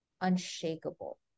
unshakable